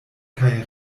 kaj